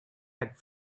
had